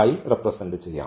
ആയി റെപ്രെസെന്റ് ചെയ്യാം